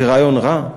זה רעיון רע?